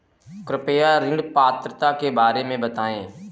कृपया ऋण पात्रता के बारे में बताएँ?